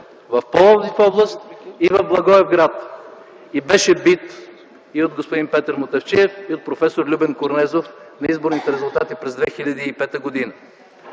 в Пловдив област и в Благоевград, и беше бит и от господин Петър Мутафчиев, и от проф. Любен Корнезов на изборните резултати през 2005 г.